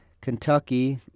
Kentucky